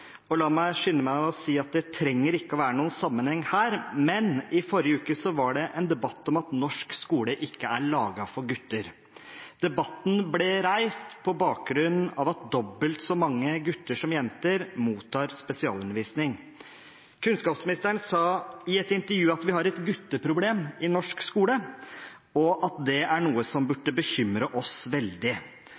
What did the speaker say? Og la meg skynde meg å si at det trenger ikke å være noen sammenheng her, men i forrige uke var det en debatt om at norsk skole ikke er laget for gutter. Debatten ble reist på bakgrunn av at dobbelt så mange gutter som jenter mottar spesialundervisning. Kunnskapsministeren sa i et intervju at vi har et gutteproblem i norsk skole, og at det er noe som burde bekymre oss veldig.